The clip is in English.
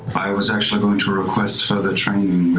i was actually going to request further training